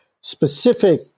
specific